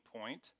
point